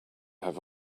have